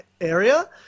area